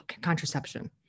contraception